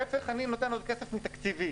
להפך, אני נותן עוד כסף מתקציבי,